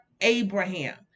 Abraham